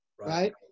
right